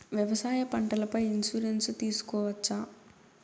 వ్యవసాయ పంటల పై ఇన్సూరెన్సు తీసుకోవచ్చా?